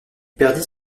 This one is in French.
perdit